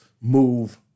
move